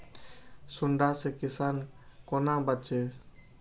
सुंडा से किसान कोना बचे?